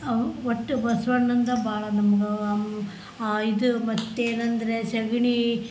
ಒಟ್ಟು ಬಸವಣ್ಣಂದ ಭಾಳ ನಮ್ಮದು ಆ ಇದು ಮತ್ತೇನಂದರೆ ಸಗಣೀ